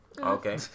Okay